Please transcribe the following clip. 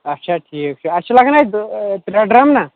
اچھا ٹھیٖک چھُ اَسہِ چھُ لَگَان اَتہِ ترٛےٚ ڈرٛم نا